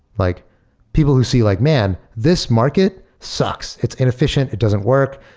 like people who see like, man! this market sucks. it's inefficient. it doesn't work.